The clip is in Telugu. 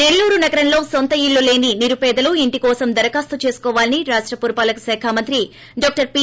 నెల్లూరు నగరంలో నొంత ఇల్లు లేని నిరుపేదలు ఇంటి కోసం దరఖాస్తు చేసుకోవాలని రాష్ట పురపాలక శాఖ మంత్రి డాక్టర్ పి